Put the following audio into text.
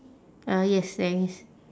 uh yes there is